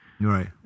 right